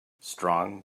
strong